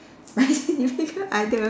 my significant other